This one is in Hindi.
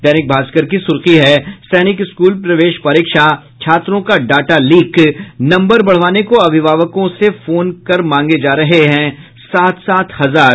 दैनिक भास्कर की सुर्खी है सैनिक स्कूल प्रवेश परीक्षा छात्रों का डाटा लीक नम्बर बढ़वाने को अभिभावकों से फोन कर मांगे जा रहे सात सात हजार